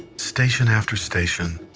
station after station,